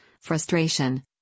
frustration